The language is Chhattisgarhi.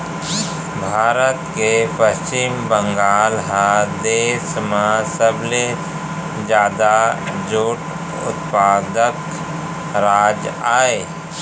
भारत के पस्चिम बंगाल ह देस म सबले जादा जूट उत्पादक राज अय